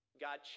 God